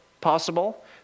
possible